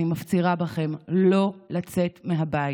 אני מפצירה בכם: לא לצאת מהבית.